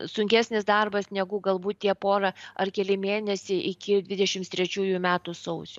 sunkesnis darbas negu galbūt tie pora ar keli mėnesiai iki dvidešimts trečiųjų metų sausio